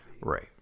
right